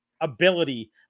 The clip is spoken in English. ability